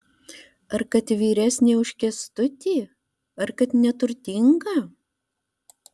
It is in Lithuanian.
ar kad vyresnė už kęstutį ar kad neturtinga